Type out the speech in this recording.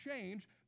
change